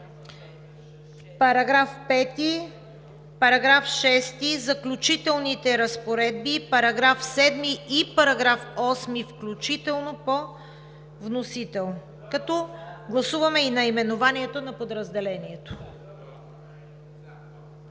параграфи 5 и 6; Заключителните разпоредби; параграфи 7 и 8, включително по вносител, като гласуваме и наименованието на подразделението.